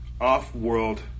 off-world